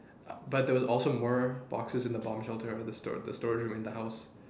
uh but there was also more boxes in the bomb shelter at the store the store room in the house